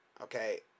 Okay